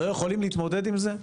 לא יכולים להתמודד עם זה?